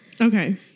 okay